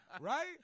Right